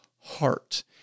heart